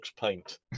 paint